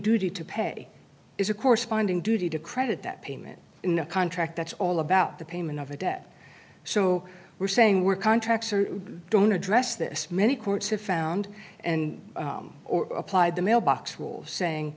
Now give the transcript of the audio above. duty to pay is a corresponding duty to credit that payment in a contract that's all about the payment of a debt so we're saying we're contracts or don't address this many courts have found and or applied the mailbox rule saying